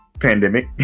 pandemic